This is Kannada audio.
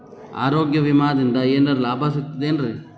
ಆರೋಗ್ಯ ವಿಮಾದಿಂದ ಏನರ್ ಲಾಭ ಸಿಗತದೇನ್ರಿ?